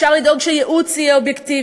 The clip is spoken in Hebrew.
אפשר לדאוג שייעוץ יהיה אובייקטיבי,